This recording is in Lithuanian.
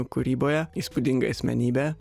kūryboje įspūdinga asmenybė